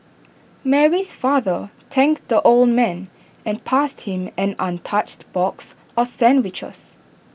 Mary's father thanked the old man and passed him an untouched box of sandwiches